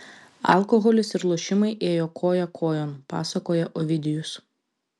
alkoholis ir lošimai ėjo koja kojon pasakoja ovidijus